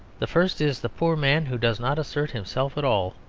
the first is the poor man who does not assert himself at all,